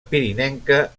pirinenca